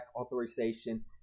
authorization